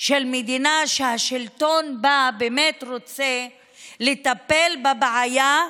של מדינה שהשלטון שבה באמת רוצה לטפל בבעיה,